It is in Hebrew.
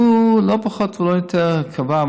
הוא לא פחות ולא יותר קבע,